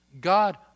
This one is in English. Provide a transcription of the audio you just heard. God